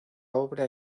obra